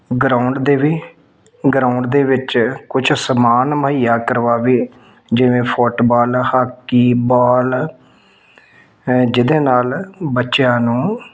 ground ਦੇਵੇ ground ਦੇ ਵਿੱਚ ਕੁਛ ਸਮਾਨ ਮੁਹੱਈਆ ਕਰਵਾਵੇ ਜਿਵੇਂ ਫੁੱਟਬਾਲ ਹਾਕੀ ਬਾਲ ਜਿਹਦੇ ਨਾਲ ਬੱਚਿਆਂ ਨੂੰ